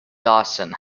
dawson